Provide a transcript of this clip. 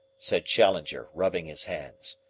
said challenger, rubbing his hands,